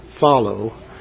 follow